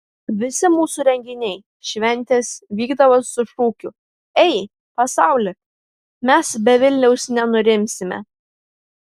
visi mūsų renginiai šventės vykdavo su šūkiu ei pasauli mes be vilniaus nenurimsime